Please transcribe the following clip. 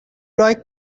like